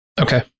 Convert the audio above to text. Okay